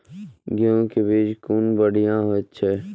गैहू कै बीज कुन बढ़िया होय छै?